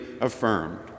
affirmed